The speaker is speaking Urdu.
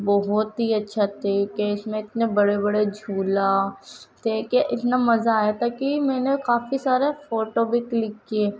بہت ہی اچّھا تھے كہ اس میں اتنے بڑے بڑے جھولا تھے کہ اتنا مزہ آیا تھا کہ میں نے کافی سارا فوٹو بھی کلک کیے